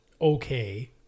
okay